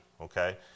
okay